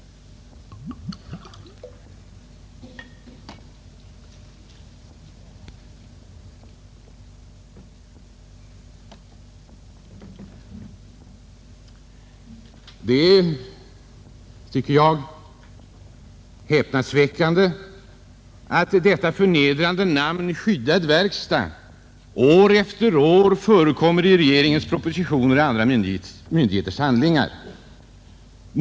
Det är häpnadsväckande att detta förnedrande namn skyddad verkstad år efter år förekommer i regeringens propositioner och andra myndigheters handlingar.